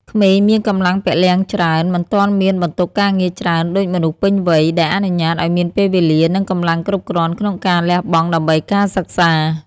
ក្មេងមានកម្លាំងពលំច្រើន មិនទាន់មានបន្ទុកការងារច្រើនដូចមនុស្សពេញវ័យ ដែលអនុញ្ញាតឱ្យមានពេលវេលា និងកម្លាំងគ្រប់គ្រាន់ក្នុងការលះបង់ដើម្បីការសិក្សា។